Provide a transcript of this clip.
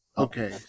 Okay